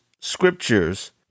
scriptures